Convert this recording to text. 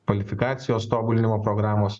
kvalifikacijos tobulinimo programos